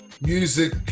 music